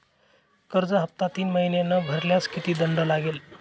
कर्ज हफ्ता तीन महिने न भरल्यास किती दंड लागेल?